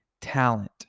talent